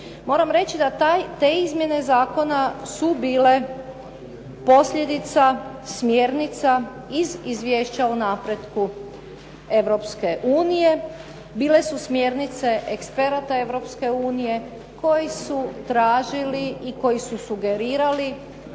Moram reći da te izmjene zakona su bile posljedica smjernica iz izvješća o napretku Europske unije. Bile su smjernice eksperata Europske unije koji su tražili i koji su sugerirali